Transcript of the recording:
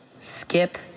Skip